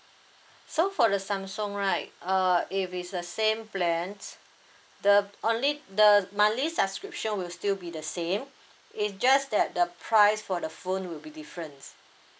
so for the Samsung right uh if it's the same plans the only the monthly subscription will still be the same it's just that the price for the phone will be different